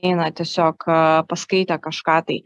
eina tiesiog paskaitę kažką tai